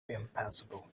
impassable